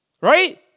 Right